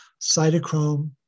cytochrome